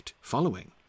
following